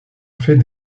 fait